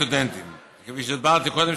כפי שהסברתי קודם,